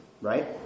right